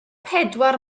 pedwar